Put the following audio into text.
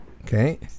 Okay